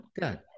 good